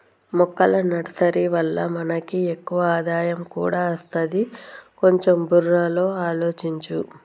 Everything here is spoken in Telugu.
మొక్కల నర్సరీ వల్ల మనకి ఎక్కువ ఆదాయం కూడా అస్తది, కొంచెం బుర్రలో ఆలోచించు